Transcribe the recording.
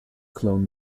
clone